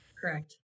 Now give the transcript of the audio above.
Correct